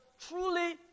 truly